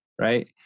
right